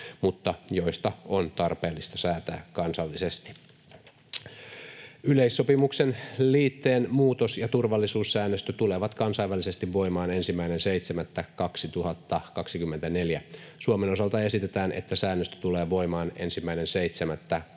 mutta joista on tarpeellista säätää kansallisesti. Yleissopimuksen liitteen muutos ja turvallisuussäännöstö tulevat kansainvälisesti voimaan 1.7.2024. Suomen osalta esitetään, että säännöstö tulee voimaan 1.7.2024.